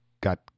got